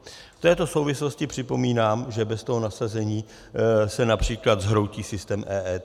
V této souvislosti připomínám, že bez toho nasazení se např. zhroutí systém EET.